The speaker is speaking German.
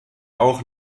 auch